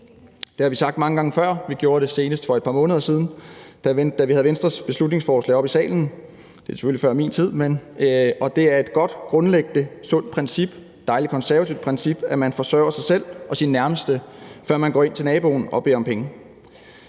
et par måneder siden, da vi havde Venstres beslutningsforslag oppe i salen. Det er selvfølgelig før min tid, men det er et godt, grundlæggende og sundt princip – et dejligt konservativt princip – at man forsørger sig selv og sine nærmeste, før man går ind til naboen og beder om penge.